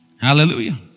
Hallelujah